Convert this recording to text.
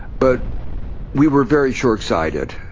but we were very shortsighted.